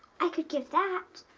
i could give that.